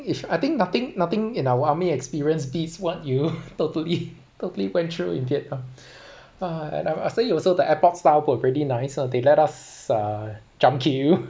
if I think nothing nothing in our army experience beats what you totally totally went through in vietnam uh and I uh I feel also the airport staff were really nice [one] they let us uh jump queue